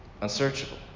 Unsearchable